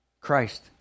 Christ